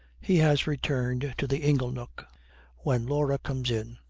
he has returned to the ingle-nook when laura comes in,